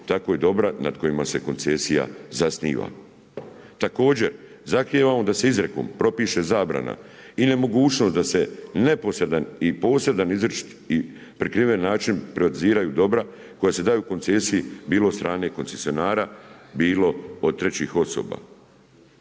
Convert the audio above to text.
tako i dobra nad kojima se koncesija zasniva. Također, zahtijevamo da se izrekom propiše zabrana i nemogućnost da se neposredan i posredan izričit i prikriven način, privatiziraju dobra koja se daju koncesiji bilo od strane koncesionara bilo od trećih osoba.